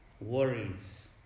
worries